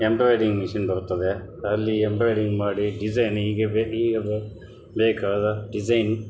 embroidering machine ಬರುತ್ತದೆ ಅಲ್ಲಿ embroidering ಮಾಡಿ ಡಿಸೈನ್ ಹೀಗೆ ಹೀಗೆ ಬೇಕಾದ ಡಿಸೈನ್